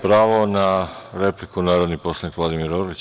Pravo na repliku, narodni poslanik Vladimir Orlić.